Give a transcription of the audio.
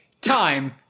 time